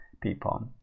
people